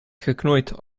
geknoeid